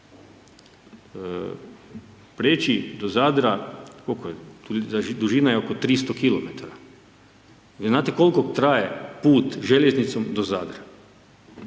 Preći do Zadra, koliko je, dužina je oko 300 km. Je li znate koliko traje put željeznicom do Zadra?